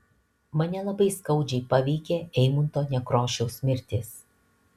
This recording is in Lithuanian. mane labai skaudžiai paveikė eimunto nekrošiaus mirtis